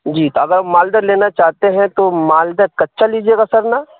جی تو اگر مالدہ لینا چاہتے ہیں تو مالدہ کچا لیجیے گا سر نا